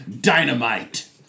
dynamite